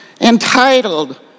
Entitled